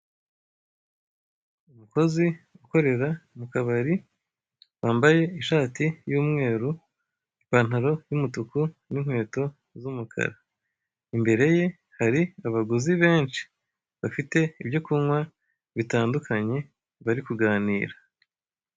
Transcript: Umukozi ukorera mu kabari wambaye ishati y'umweru, ipantaro y'umutuku n'inkweto z'umukara. Imbere ye hari abaguzi benshi bafite ibyo kunywa bitandukanye, bari kuganira.